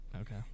Okay